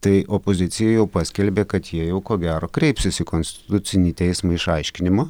tai opozicija jau paskelbė kad jie jau ko gero kreipsis į konstitucinį teismą išaiškinimo